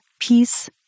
peace